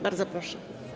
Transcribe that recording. Bardzo proszę.